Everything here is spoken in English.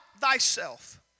thyself